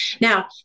Now